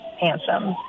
handsome